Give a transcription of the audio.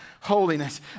holiness